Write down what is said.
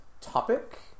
topic